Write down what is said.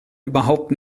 überhaupt